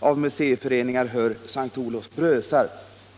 av museiföreningar hör S:t Olof-Brösarp”.